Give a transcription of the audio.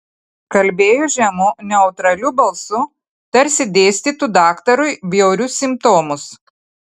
kalbėjo žemu neutraliu balsu tarsi dėstytų daktarui bjaurius simptomus